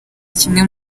kimwe